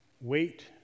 wait